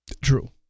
True